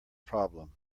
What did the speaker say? problem